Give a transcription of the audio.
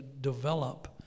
develop